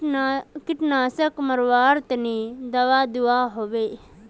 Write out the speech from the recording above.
कीटनाशक मरवार तने दाबा दुआहोबे?